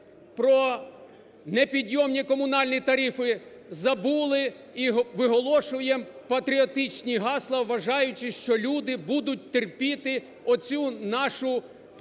про непідйомні комунальні тарифи, забули і виголошуємо патріотичні гасла, вважаючи, що люди будуть терпіти оцю нашу політичну